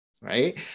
right